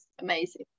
amazing